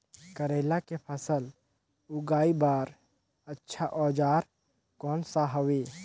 करेला के फसल उगाई बार अच्छा औजार कोन सा हवे?